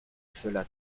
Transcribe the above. cela